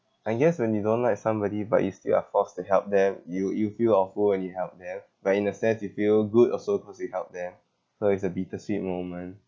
I guess when you don't like somebody but you still are forced to help them you you feel awful when you help them but in a sense you feel good also cause you help them so it's a bittersweet moment